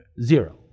Zero